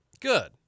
Good